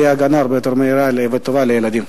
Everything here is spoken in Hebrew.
תהיה הגנה הרבה יותר מהירה וטובה לילדים.